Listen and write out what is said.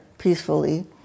Peacefully